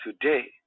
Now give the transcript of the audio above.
today